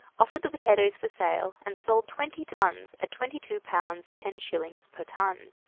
offered the potatoes for sale, and sold twenty tons at twenty two pounds ten shillings per ton.